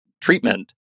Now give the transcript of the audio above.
treatment